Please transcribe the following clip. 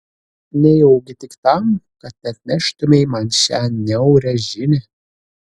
nejaugi tik tam kad atneštumei man šią niaurią žinią